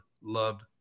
loved